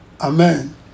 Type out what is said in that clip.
Amen